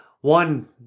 one